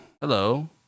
Hello